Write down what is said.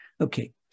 Okay